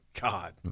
God